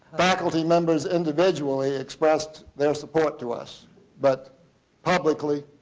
faculty members individually expressed their support to us but publicly,